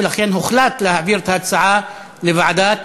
ולכן הוחלט להעביר את ההצעה לוועדת